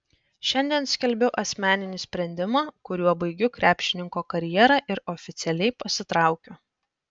šiandien skelbiu asmeninį sprendimą kuriuo baigiu krepšininko karjerą ir oficialiai pasitraukiu